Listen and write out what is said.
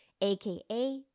aka